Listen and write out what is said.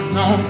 no